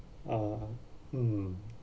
uh mm